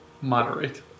moderate